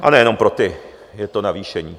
A nejenom pro ty je to navýšení.